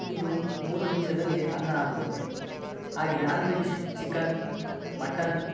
ಇದು ಮೂರು ನಿಮಿಷದಲ್ಲಿ ಅನ್ನ ಆಗ್ಬಿಡುತ್ತೆ ಹಾಗೇ ನಾನ್ವೆಜ್ ಚಿಕನ್ ಮಟನ್